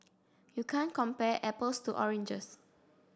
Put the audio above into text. you can't compare apples to oranges